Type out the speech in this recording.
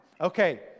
Okay